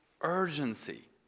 Urgency